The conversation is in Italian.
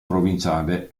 provinciale